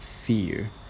fear